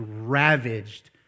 ravaged